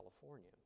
California